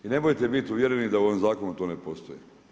I nemojte biti uvjereni da u tom zakonu to ne postoji.